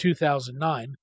2009